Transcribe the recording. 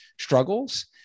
struggles